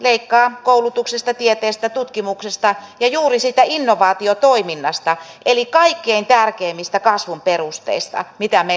leikkaa koulutuksesta tieteestä tutkimuksesta ja juuri siitä innovaatiotoiminnasta eli kaikkein tärkeimmistä kasvun perusteista mitä meillä on